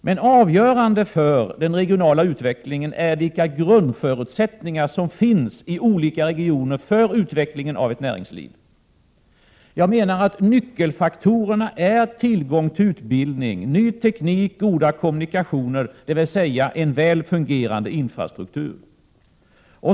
Men avgörande för den regionala utvecklingen är vilka grundförutsättningar som finns i olika regioner för utvecklingen av ett näringsliv. Jag menar att nyckelfaktorerna är tillgång på utbildning, ny teknik och goda kommunikationer, dvs. en väl fungerande infrastruktur.